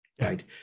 Right